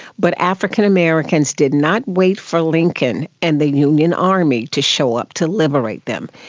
but african americans did not wait for lincoln and the union army to show up to liberate them.